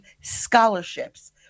scholarships